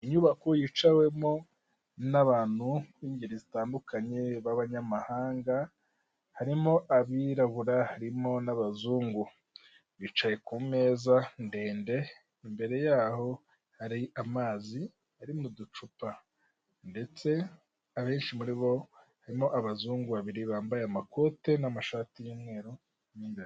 Inyubako yicawemo n'abantu b'ingeri zitandukanye, b'abanyamahanga, harimo abirabura, harimo n'abazungu. Bicaye ku imeza ndende, mbere yaho hari amazi ari mu ducupa. Ndetse abenshi muri bo, harimo abazungu babiri, bambaye amakote n'amashati y'umweru mo imbere.